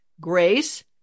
Grace